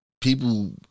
people